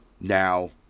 Now